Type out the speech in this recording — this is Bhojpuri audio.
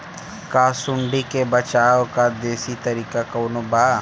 का सूंडी से बचाव क देशी तरीका कवनो बा?